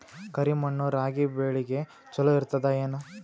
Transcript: ಕರಿ ಮಣ್ಣು ರಾಗಿ ಬೇಳಿಗ ಚಲೋ ಇರ್ತದ ಏನು?